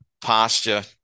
pasture